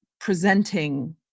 presenting